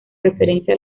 referencia